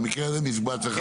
במקרה הזה מקבץ אחד.